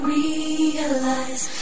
realize